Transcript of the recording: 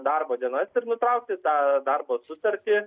darbo dienas ir nutraukti tą darbo sutartį